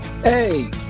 Hey